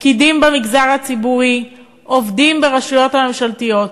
פקידים במגזר הציבורי, עובדים ברשויות הממשלתיות.